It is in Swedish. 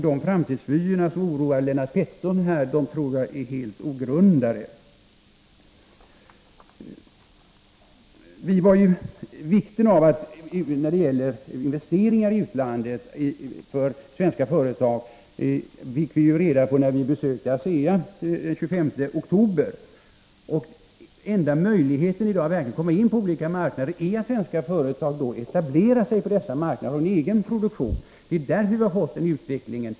De framtidsvyer som oroar Lennart Pettersson tror jag är helt ogrundade. Vikten av att svenska företag investerar i utlandet fick vi reda på när vi besökte ASEA den 25 oktober. Enda möjligheten att i dag komma in på olika marknader är att svenska företag etablerar sig på dessa marknader och har en egen produktion där. Det är därför vi har fått den utvecklingen.